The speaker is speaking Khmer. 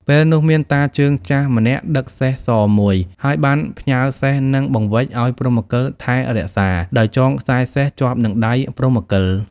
ពេលនោះ មានតាជើងចាស់ម្នាក់ដឹកសេះសមួយ ហើយបានផ្ញើសេះនិងបង្វេចឱ្យព្រហ្មកិលថែរក្សា ដោយចងខ្សែសេះជាប់នឹងដៃព្រហ្មកិល ។